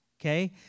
okay